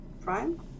Prime